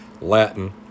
Latin